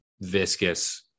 viscous